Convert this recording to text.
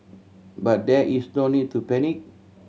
but there is no need to panic